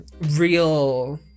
real